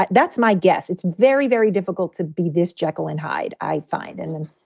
that's my guess. it's very, very difficult to be this jekyll and hyde, i find. and and,